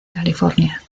california